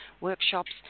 workshops